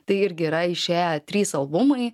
tai irgi yra išėję trys albumai